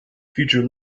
feature